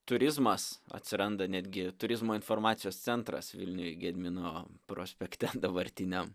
turizmas atsiranda netgi turizmo informacijos centras vilniuj gedimino prospekte dabartiniam